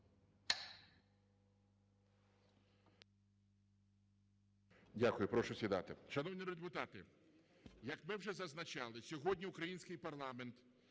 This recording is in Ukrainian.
Дякую. Прошу сідати. Шановні депутати, як ми вже зазначали, сьогодні український парламент